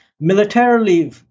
militarily